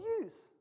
use